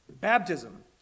Baptism